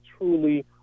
truly